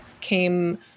came